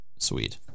Sweet